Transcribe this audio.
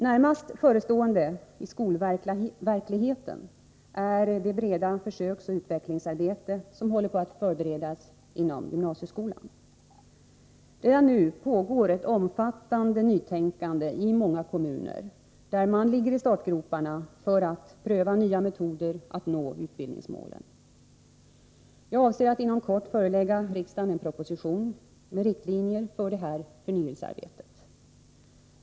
Närmast förestående i skolverkligheten är det breda försöksoch utvecklingsarbete som håller på att förberedas inom gymnasieskolan. Redan nu pågår ett omfattande nytänkande i många kommuner, där man ligger i startgroparna för att pröva nya metoder att nå utbilningsmålen. Jag avser att inom kort förelägga riksdagen en proposition med riktlinjer för detta förnyelsearbete.